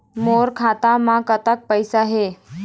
मोर खाता मे कतक पैसा हे?